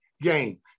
game